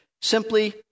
Simply